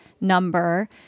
number